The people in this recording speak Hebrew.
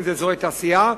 אם זה אזורי תעשייה,